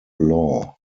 law